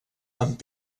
amb